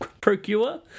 procure